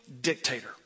dictator